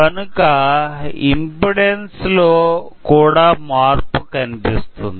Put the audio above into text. కనుక ఇంపెడెన్సు లో కూడా మార్పు కనిపిస్తుంది